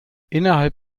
innerhalb